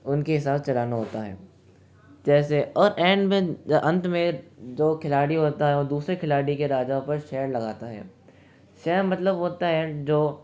उनके साथ चलाना होता है तो ऐसे और इंड में अंत में जो खिलाड़ी होता है वो दूसरे खिलाड़ी के राजाओं पर शेयर लगाता है शेयर मतलब होता है जो